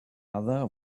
other